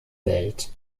welt